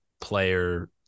player